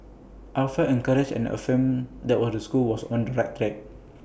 I felt encouraged and affirmed that what school was on the right track